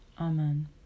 amen